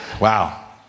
Wow